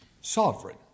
sovereign